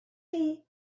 chi